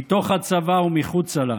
מתוך הצבא ומחוצה לו.